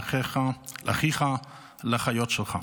לאחיך ולאחיות שלך,